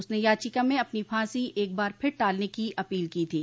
उसने याचिका में अपनी फांसी एक बार फिर टालने की अपील की थी